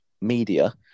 media